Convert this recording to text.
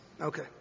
Okay